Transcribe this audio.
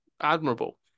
admirable